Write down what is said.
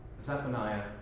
Zephaniah